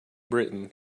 britain